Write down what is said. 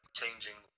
changing